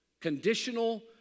Conditional